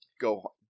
go